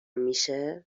میشه